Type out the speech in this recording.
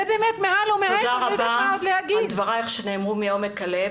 זה באמת מעל ומעבר --- תודה רבה על דברייך שנאמרו מעומק הלב.